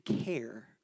care